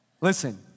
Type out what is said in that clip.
Listen